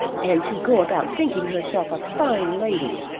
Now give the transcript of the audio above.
and to go about thinking herself a fine lady.